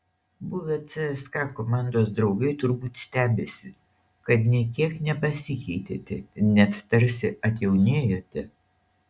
buvę cska komandos draugai turbūt stebisi kad nė kiek nepasikeitėte net tarsi atjaunėjote